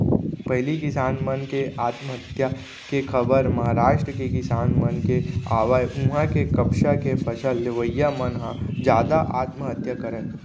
पहिली किसान मन के आत्महत्या के खबर महारास्ट के किसान मन के आवय उहां के कपसा के फसल लेवइया मन ह जादा आत्महत्या करय